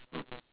mm mm